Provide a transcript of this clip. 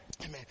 Amen